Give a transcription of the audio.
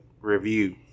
review